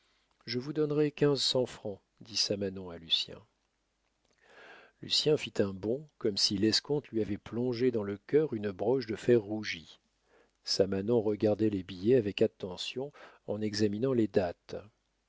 je vous donnerai quinze cents francs dit samanon à lucien lucien fit un bond comme si l'escompteur lui avait plongé dans le cœur une broche de fer rougi samanon regardait les billets avec attention en examinant les dates